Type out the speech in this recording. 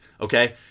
Okay